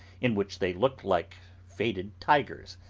in which they looked like faded tigers.